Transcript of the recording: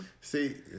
See